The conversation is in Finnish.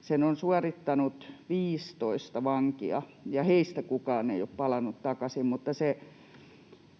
Sen on suorittanut 15 vankia, ja heistä kukaan ei ole palannut takaisin, mutta